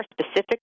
specific